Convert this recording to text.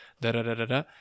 Da-da-da-da-da